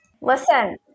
Listen